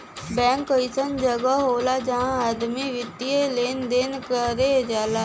bank अइसन जगह होला जहां आदमी वित्तीय लेन देन कर जाला